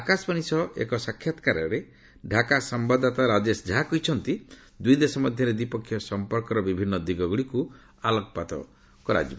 ଆକାଶବାଣୀ ସହ ଏକ ସାକ୍ଷାତକାରରେ ଢାକା ସମ୍ଭାଦଦାତା ରାଜେଶ ଝା କହିଛନ୍ତି ଦୁଇ ଦେଶ ମଧ୍ୟରେ ଦ୍ୱିପକ୍ଷିୟ ସମ୍ପର୍କର ବିଭିନ୍ନ ଦିଗଗୁଡ଼ିକୁ ଆଲୋକପାତ କରିଛନ୍ତି